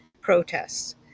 protests